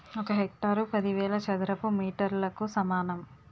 ఒక హెక్టారు పదివేల చదరపు మీటర్లకు సమానం